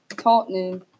Tottenham